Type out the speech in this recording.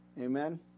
Amen